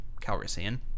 Calrissian